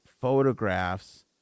photographs